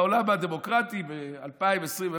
בעולם הדמוקרטי ב-2021,